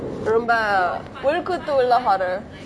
ரொம்ப உள்குத்து உள்ள:rombe ulkuttu ulla horror